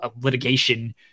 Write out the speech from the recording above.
litigation